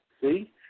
See